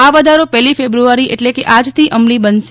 આ વધારો પહેલી ફેબ્રુઆરી એટલે આજથી અમલી બનશે